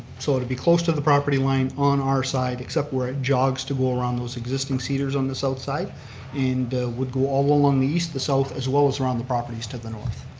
sort of be close to the property line on our side except where it jogs to go around those existing cedars on the south side and would go all along the east, the south, as well as around the properties to the north.